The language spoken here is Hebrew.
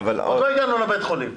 עוד לא הגענו לבית החולים.